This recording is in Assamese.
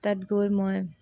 তাত গৈ মই